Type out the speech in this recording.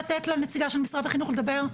לתת לנציגה של משרד החינוך לדבר?